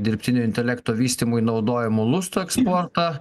dirbtinio intelekto vystymui naudojamų lustų eksportą